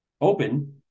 open